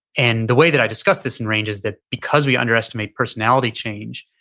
and the way that i discussed this in range is that, because we underestimate personality change,